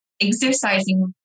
exercising